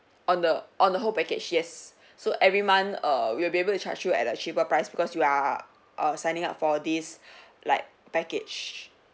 on the on the whole package yes so every month err we will be able to charge you at a cheaper price because you are err signing up for this like package